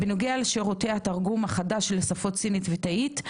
בנוגע לשירות התרגום החדש לשפות סינית ותאית,